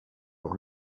pour